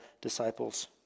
disciples